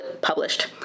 published